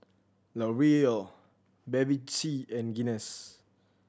L Oreal Bevy C and Guinness